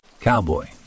Cowboy